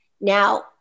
Now